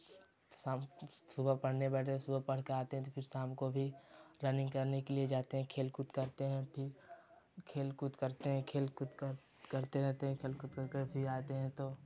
शाम सु सुबह पढ़ने बैठे सुबह पढ़कर आते हैं फिर शाम को भी रनिन्ग करने के लिए जाते हैं खेलकूद करते हैं भी खेलकूद करते हैं खेलकूद करते रहते हैं खेलकूद करके फिर आते हैं तो